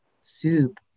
Soup